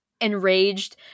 enraged